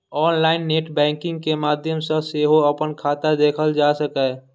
online net banking के माध्यम सं सेहो अपन खाता देखल जा सकैए